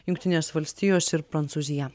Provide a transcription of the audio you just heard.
jungtinės valstijos ir prancūzija